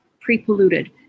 pre-polluted